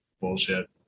Bullshit